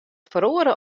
feroare